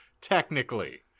technically